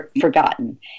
forgotten